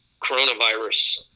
coronavirus